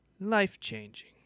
Life-Changing